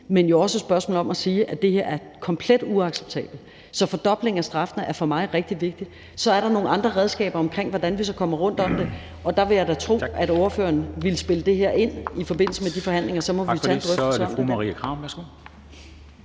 men også et spørgsmål om at sige, at det her er komplet uacceptabelt. Så fordoblingen af straffene er for mig rigtig vigtigt. Så er der nogle andre redskaber, i forhold til hvordan vi så kommer rundt om det, og der vil jeg da tro, at ordføreren vil spille det her ind i forbindelse med de forhandlinger, og så må vi jo tage